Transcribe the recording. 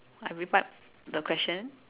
I replied the question